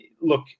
look